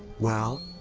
well.